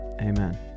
Amen